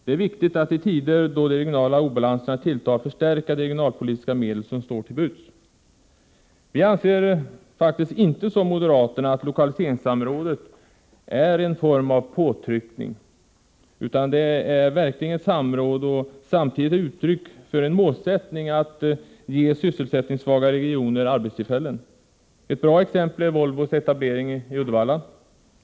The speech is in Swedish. Det är viktigt att i tider då de regionala obalanserna tilltar förstärka de regionalpolitiska medel som står till buds. Vi anser faktiskt inte som moderaterna att lokaliseringssamrådet är en form av ”påtryckning”, utan att det verkligen är ett samråd och samtidigt ett uttryck för en målsättning att ge sysselsättningssvaga regioner arbetstillfällen. Ett bra exempel är Volvos etablering i Uddevalla.